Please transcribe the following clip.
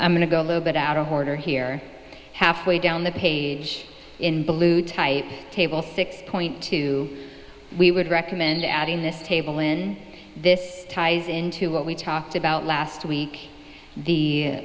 i'm going to go a little bit out of order here halfway down the page in blue type table six point two we would recommend adding this table in this ties into what we talked about last week the